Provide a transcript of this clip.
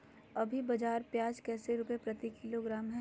अभी बाजार प्याज कैसे रुपए प्रति किलोग्राम है?